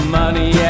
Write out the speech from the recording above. money